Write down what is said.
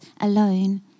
alone